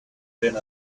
been